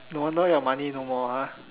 no wonder your money no more ah